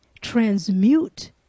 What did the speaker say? transmute